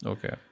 Okay